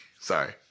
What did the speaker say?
sorry